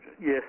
Yes